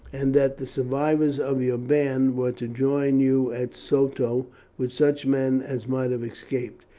and that the survivors of your band were to join you at soto with such men as might have escaped.